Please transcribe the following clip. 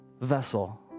vessel